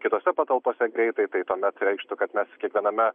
kitose patalpose greitai tai tuomet reikštų kad mes kiekviename